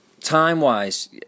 time-wise